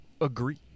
agree